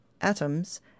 atoms